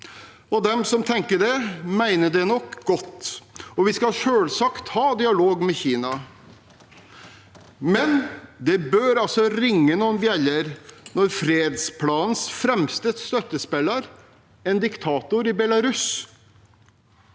De som tenker det, mener det nok godt, og vi skal selvsagt ha dialog med Kina, men det bør ringe noen bjeller når fredsplanens fremste støttespiller er en diktator i Belarus.